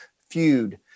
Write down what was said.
feud